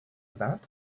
about